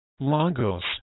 Lagos